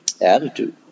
attitude